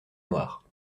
noir